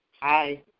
Hi